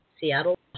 Seattle